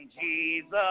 Jesus